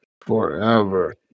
forever